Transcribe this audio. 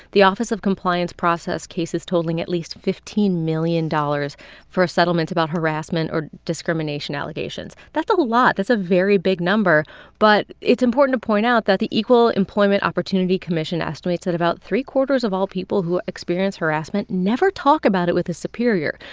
the office of compliance processed cases totaling at least fifteen million dollars for settlements about harassment or discrimination allegations. that's a lot. that's a very big number but it's important to point out that the equal employment opportunity commission estimates that about three-quarters of all people who experience harassment never talk about it with a superior.